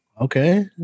Okay